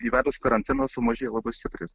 įvedus karantiną sumažėjo labai stipriai